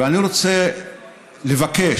ואני רוצה לבקש,